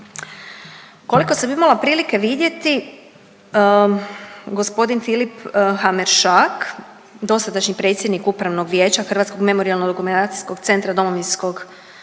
Koliko sam imala prilike vidjeti gospodin Filip Hameršak dosadašnji predsjednik Upravnog vijeća Hrvatskog memorijalno-dokumentacijskog centra Domovinskog